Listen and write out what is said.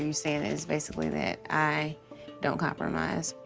you saying is basically that i don't compromise.